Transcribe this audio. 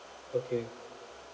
okay